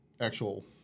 actual